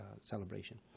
celebration